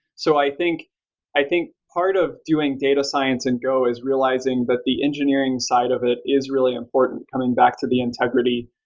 so i think i think part of doing data science in and go is realizing that the engineering side of it is really important coming back to the integrity,